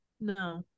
No